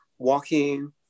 Walking